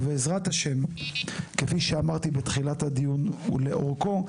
ובעזרת ה' כפי שאמרתי בתחילת הדיון ולאורכו,